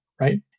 right